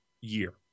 year